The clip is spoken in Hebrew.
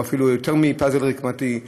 או אפילו יותר מפאזל רקמתי,